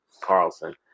Carlson